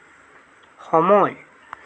সময়